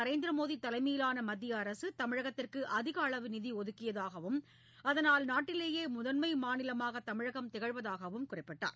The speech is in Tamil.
நரேந்திரமோடி தலைமையிலான மத்திய அரசு தமிழகத்திற்கு அதிகளவு நிதி ஒதுக்கியதாகவும் அதனால் நாட்டிலேயே முதன்மை மாநிலமாக தமிழகம் திகழ்வதாகவும் குறிப்பிட்டார்